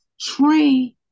train